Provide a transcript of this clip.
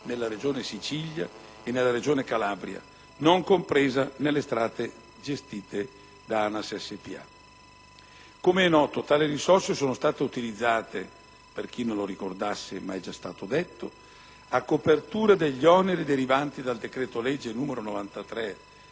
nella Regione Sicilia e nella Regione Calabria non compresa nelle strade gestite da ANAS Spa. Come è noto, tale risorse sono state utilizzate - per chi non lo ricordasse, ma è già stato detto - a copertura degli oneri derivanti dal decreto-legge n. 93